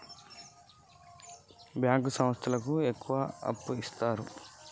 ఏ సంస్థలకు సంబంధించి అప్పు ఇత్తరు?